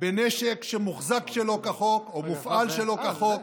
בנשק שמוחזק שלא כחוק או מופעל שלא כחוק,